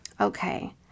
Okay